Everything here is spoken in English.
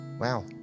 Wow